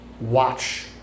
Watch